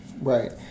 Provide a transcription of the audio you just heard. right